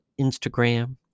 Instagram